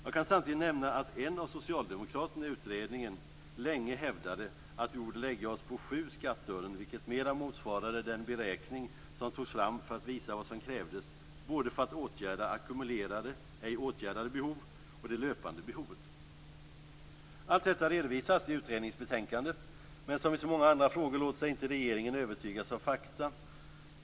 Jag kan samtidigt nämna att en av socialdemokraterna i utredningen länge hävdade att vi borde lägga oss på 7 skatteören, vilket mera motsvarade den beräkning som togs fram för att visa vad som krävdes både för att åtgärda ackumulerade ej åtgärdade behov och för att åtgärda det löpande behovet. Allt detta redovisades i utredningens betänkande, men som i så många andra frågor låter sig inte regeringen övertygas av fakta.